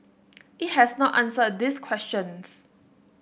it has not answered these questions